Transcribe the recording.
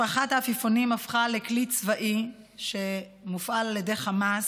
הפרחת העפיפונים הפכה לכלי צבאי שמופעל על ידי חמאס.